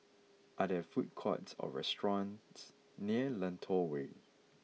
are there food courts or restaurants near Lentor Way